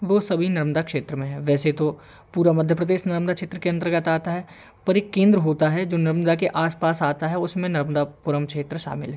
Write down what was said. वह सभी नर्मदा क्षेत्र में है वैसे तो पूरा मध्य प्रदेश नर्मदा क्षेत्र के अंतर्गत आता है पर एक केंद्र होता है जो नर्मदा के आस पास आता है उसमें नर्मदापुरम क्षेत्र शामिल है